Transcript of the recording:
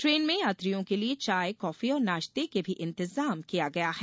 train में यात्रियों के लिए चाय काफी और नाश्ते के भी इंतजाम किया गया है